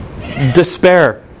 Despair